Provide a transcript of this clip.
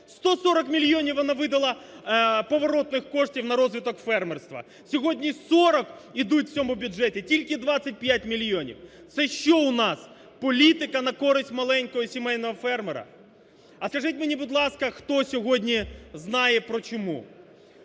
140 мільйонів вона видала поворотних коштів на розвиток фермерства, сьогодні 40 йдуть в цьому бюджеті тільки 25 мільйонів. Це, що у нас політика на користь маленького сімейного фермера? А скажіть мені, будь ласка, хто сьогодні знає про чуму?